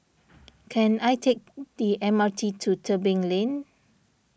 can I take the M R T to Tebing Lane